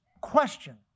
question